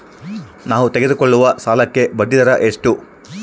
ನಾವು ತೆಗೆದುಕೊಳ್ಳುವ ಸಾಲಕ್ಕೆ ಬಡ್ಡಿದರ ಎಷ್ಟು?